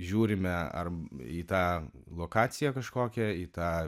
žiūrime ar į tą lokaciją kažkokią į tą